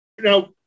Now